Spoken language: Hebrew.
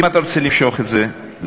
אם אתה רוצה למשוך את זה לחודשיים,